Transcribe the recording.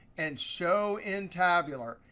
and show in tabular.